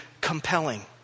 compelling